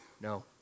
No